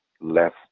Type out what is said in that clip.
less